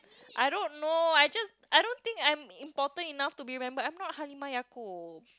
I don't know I just I don't think I'm important enough to be remembered I'm not Halimah-Yacoob